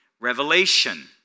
Revelation